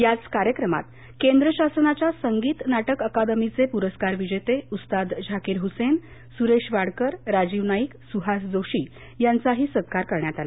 याच कार्यक्रमात केंद्र शासनाच्या संगीत नाटक अकादमीचे पुरस्कार विजेते उस्ताद झाकीर हुसेन सुरेश वाडकर राजीव नाईक सुहास जोशी यांचाही सत्कार करण्यात आला